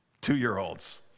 Two-year-olds